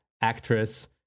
actress